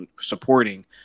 supporting